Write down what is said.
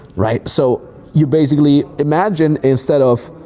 right? so you basically, imagine instead of,